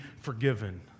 forgiven